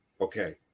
okay